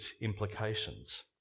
implications